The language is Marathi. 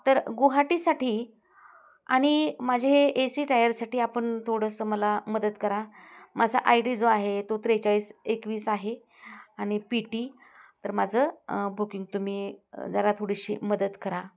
तर गुवाहाटीसाठी आणि माझे ए सी टायरसाठी आपण थोडंसं मला मदत करा माझा आय डी जो आहे तो त्रेचाळीस एकवीस आहे आणि पी टी तर माझं बुकिंग तुम्ही जरा थोडीशी मदत करा